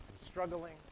struggling